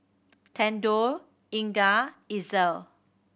Thedore Inga Itzel